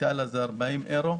איטליה הוא 40 אירו,